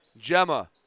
Gemma